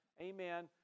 amen